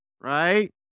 right